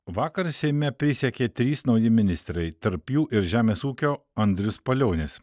vakar seime prisiekė trys nauji ministrai tarp jų ir žemės ūkio andrius palionis